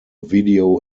video